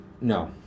no